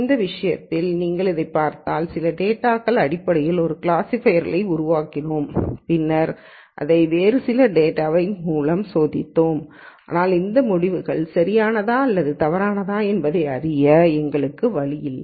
இந்த விஷயத்தில் நீங்கள் அதைப் பார்த்தால் சில டேட்டாவின் அடிப்படையில் ஒரு கிளாஸிஃபையரை நாங்கள் உருவாக்கினோம் பின்னர் அதை வேறு சில டேட்டாகளில் சோதித்தோம் ஆனால் இந்த முடிவுகள் சரியானதா அல்லது தவறா என்பதை அறிய எங்களுக்கு வழி இல்லை